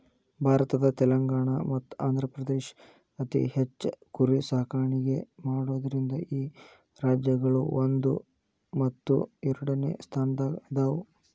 ಭಾರತದ ತೆಲಂಗಾಣ ಮತ್ತ ಆಂಧ್ರಪ್ರದೇಶ ಅತಿ ಹೆಚ್ಚ್ ಕುರಿ ಸಾಕಾಣಿಕೆ ಮಾಡೋದ್ರಿಂದ ಈ ರಾಜ್ಯಗಳು ಒಂದು ಮತ್ತು ಎರಡನೆ ಸ್ಥಾನದಾಗ ಅದಾವ